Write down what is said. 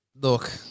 look